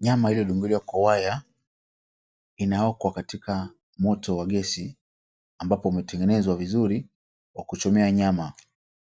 Nyama iliodungiliwa kwa waya inaokwa katika moto wa gesi ambapo umetengenezwa vizuri wa kuchomea nyama.